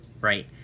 right